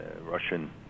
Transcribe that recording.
Russian